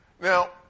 Now